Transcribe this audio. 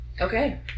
Okay